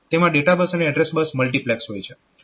તેમાં data bus અને address bus multiplexed હોય છે